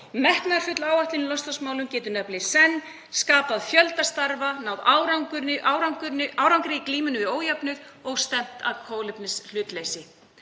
Metnaðarfull áætlun í loftslagsmálum getur nefnilega í senn skapað fjölda starfa, náð árangri í glímunni við ójöfnuð og stefnt að kolefnishlutleysi.